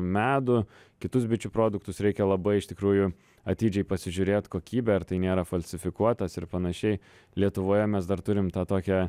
medų kitus bičių produktus reikia labai iš tikrųjų atidžiai pasižiūrėt kokybę ar tai nėra falsifikuotas ir panašiai lietuvoje mes dar turim tą tokią